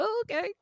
okay